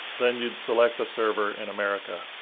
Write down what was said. then you'd select a server in america.